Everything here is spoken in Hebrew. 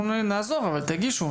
אנחנו נעזור אבל תגישו.